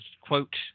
Quote